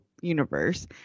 universe